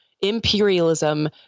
imperialism